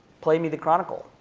play me the chronicle.